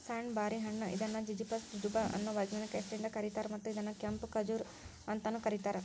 ಸಣ್ಣು ಬಾರಿ ಹಣ್ಣ ಇದನ್ನು ಜಿಝಿಫಸ್ ಜುಜುಬಾ ಅನ್ನೋ ವೈಜ್ಞಾನಿಕ ಹೆಸರಿಂದ ಕರೇತಾರ, ಮತ್ತ ಇದನ್ನ ಕೆಂಪು ಖಜೂರ್ ಅಂತಾನೂ ಕರೇತಾರ